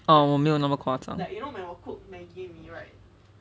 oh 我没有那么夸张